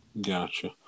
Gotcha